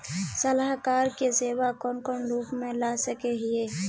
सलाहकार के सेवा कौन कौन रूप में ला सके हिये?